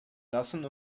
lassen